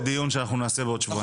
זה דיון שאנחנו נעשה בעוד שבועיים.